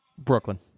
Brooklyn